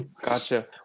Gotcha